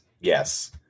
yes